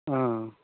অঁ